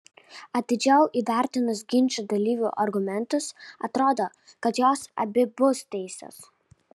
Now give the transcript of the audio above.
atidžiau įvertinus ginčo dalyvių argumentus atrodo kad jos abi bus teisios